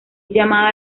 llamada